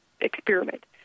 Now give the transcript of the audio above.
experiment